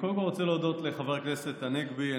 קודם כול, אני רוצה להודות לחבר הכנסת צחי הנגבי.